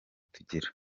tugira